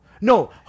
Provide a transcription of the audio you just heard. No